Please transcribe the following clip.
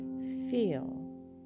Feel